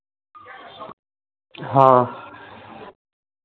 हाँ